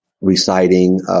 reciting